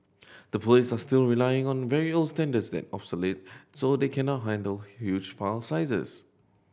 the police are still relying on very old standards that obsolete so they cannot handle huge file sizes